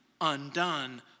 undone